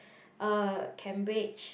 uh Cambridge